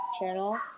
channel